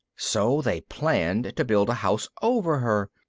so they planned to build a house over her.